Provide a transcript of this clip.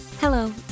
Hello